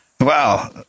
wow